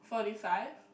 forty five